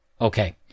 Okay